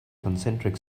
concentric